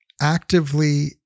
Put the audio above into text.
actively